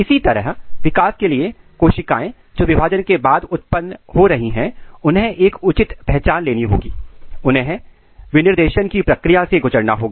इसी तरह विकास के लिए कोशिकाएं जो विभाजन के बाद उत्पन्न हो रही हैं उन्हें एक उचित पहचान लेनी होगी उन्हें विनिर्देशन की प्रक्रिया से गुजरना होगा